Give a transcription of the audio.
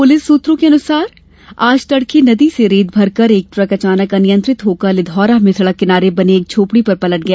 police सूत्रों से प्राप्त जानकारी के अनुसार आज तड़के नदी से रेत भरकर एक ट्रक अचानक अनियंत्रित होकर लिघौरा में सड़क किनारे बनी एक झोंपड़ी पर पलट गया